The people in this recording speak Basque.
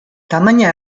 tamaina